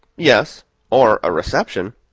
yes or a reception.